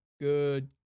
good